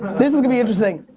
this is gonna be interesting.